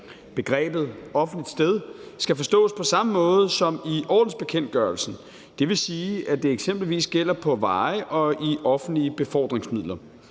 Begrebet offentligt sted skal forstås på samme måde som i ordensbekendtgørelsen, det vil sige, at det eksempelvis gælder på veje og i offentlige befordringsmidler.